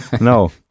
No